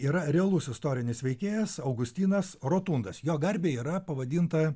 yra realus istorinis veikėjas augustinas rotundas jo garbei yra pavadinta